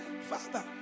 Father